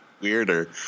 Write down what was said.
weirder